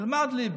תלמדו ליבה.